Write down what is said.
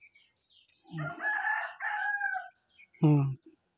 ᱦᱩᱸ ᱦᱩᱸ